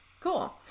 Cool